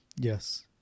Yes